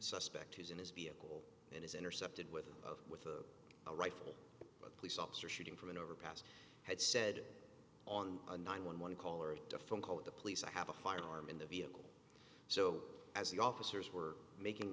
suspect who's in his vehicle and is intercepted with of with a rifle a police officer shooting from an overpass had said on the nine one one call or a phone call the police i have a firearm in the vehicle so as the officers were making